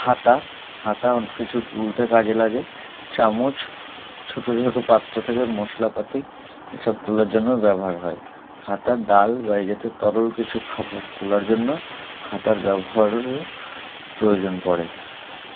হাতা হাতা কিছু তুলতে কাজে লাগে চামচ ছোটো ছোটো পাত্র থেকে মশলাপাতি এসব তোলার জন্য ব্যবহার হয় হাতার ডাল বা এই জাতীয় তরল কিছু খাবার তোলার জন্য হাতার ব্যবহারের প্রয়োজন পড়ে